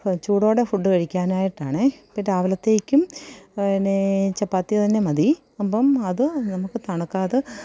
അപ്പോള് ചൂടോടെ ഫുഡ് കഴിക്കാനായിട്ടാണേ അപ്പോള് രാവിലത്തേയ്ക്കും പിന്നേ ചപ്പാത്തി തന്നെ മതി അപ്പോള് അത് നമുക്ക് തണുക്കാതെ